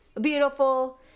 beautiful